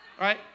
Right